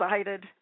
excited